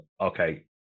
okay